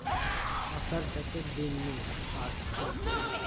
फसल कतेक दिन मे पाकथे?